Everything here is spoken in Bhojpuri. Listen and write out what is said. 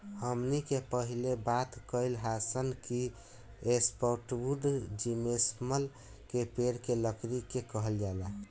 हमनी के पहिले बात कईनी हासन कि सॉफ्टवुड जिम्नोस्पर्म के पेड़ के लकड़ी के कहल जाला